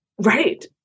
Right